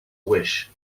wish